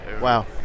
Wow